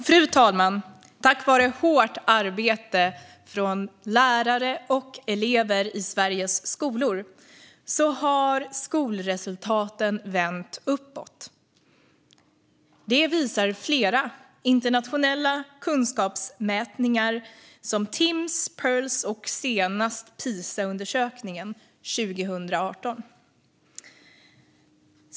Fru talman! Tack vare hårt arbete av lärare och elever i Sveriges skolor har skolresultaten vänt uppåt. Det visar flera internationella kunskapsmätningar, som Timss, Pirls och nu senast Pisaundersökningen 2018.